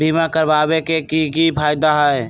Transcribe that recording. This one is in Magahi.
बीमा करबाबे के कि कि फायदा हई?